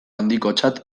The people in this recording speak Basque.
handikotzat